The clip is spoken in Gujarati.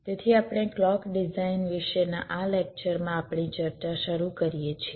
તેથી આપણે ક્લૉક ડિઝાઇન વિશે આ લેક્ચરમાં આપણી ચર્ચા શરૂ કરીએ છીએ